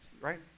right